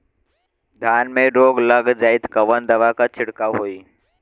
धान में रोग लग जाईत कवन दवा क छिड़काव होई?